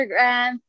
Instagram